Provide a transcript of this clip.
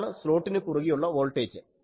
ഇതാണ് സ്ലോട്ടിന് കുറുകെയുള്ള വോൾട്ടേജ്